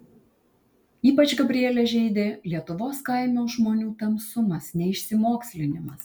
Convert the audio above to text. ypač gabrielę žeidė lietuvos kaimo žmonių tamsumas neišsimokslinimas